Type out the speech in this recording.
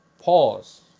Pause